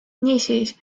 niisiis